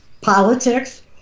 politics